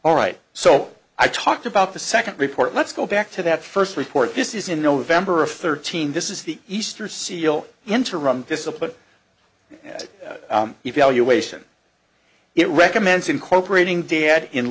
all right so i talked about the second report let's go back to that first report this is in november of thirteen this is the easter seal interim discipline evaluation it recommends incorporating data in